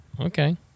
Okay